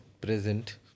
present